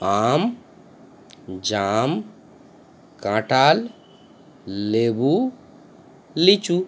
আম জাম কাঁঠাল লেবু লিচু